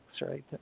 right